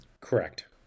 correct